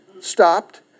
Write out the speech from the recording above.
stopped